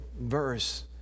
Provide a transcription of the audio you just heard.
verse